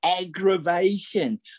aggravation